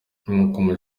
nk’uko